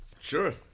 Sure